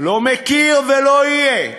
לא מכיר ולא יהיה,